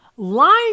Lying